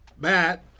Matt